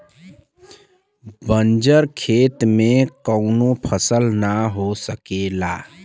बंजर खेत में कउनो फसल ना हो सकेला